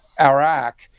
Iraq